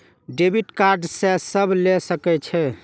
Debit card के सब ले सके छै?